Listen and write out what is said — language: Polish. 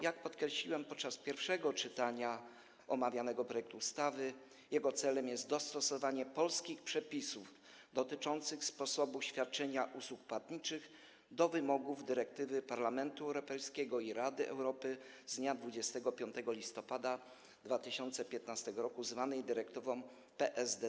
Jak podkreśliłem podczas pierwszego czytania omawianego projektu ustawy, jego celem jest dostosowanie polskich przepisów dotyczących sposobu świadczenia usług płatniczych do wymogów dyrektywy Parlamentu Europejskiego i Rady (UE) z dnia 25 listopada 2015 r. zwanej dyrektywą PSD2.